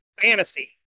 fantasy